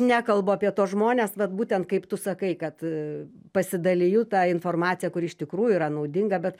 nekalbu apie tuos žmones vat būtent kaip tu sakai kad pasidaliju tą informaciją kuri iš tikrųjų yra naudinga bet